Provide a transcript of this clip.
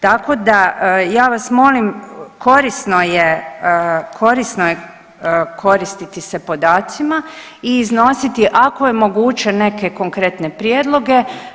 Tako da ja vas molim korisno je, korisno je koristiti se podacima i iznositi ako je moguće neke konkretne prijedloge.